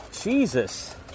Jesus